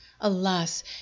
alas